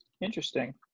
Interesting